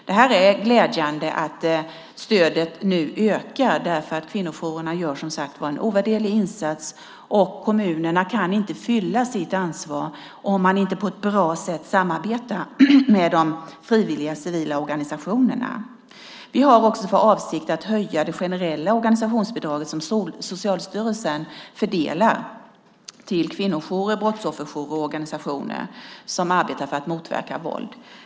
Det är glädjande att stödet nu ökar, för kvinnojourerna gör som sagt en ovärderlig insats och kommunerna kan inte fylla sitt ansvar om man inte samarbetar på ett bra sätt med de frivilliga civila organisationerna. Vi har också för avsikt att höja det generella organisationsbidrag som Socialstyrelsen fördelar till kvinnojourer, brottsofferjourer och organisationer som arbetar för att motverka våld.